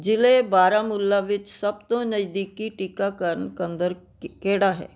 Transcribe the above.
ਜ਼ਿਲ੍ਹੇ ਬਾਰਾਮੂਲਾ ਵਿੱਚ ਸਭ ਤੋਂ ਨਜ਼ਦੀਕੀ ਟੀਕਾਕਰਨ ਕੇਂਦਰ ਕਿਹੜਾ ਹੈ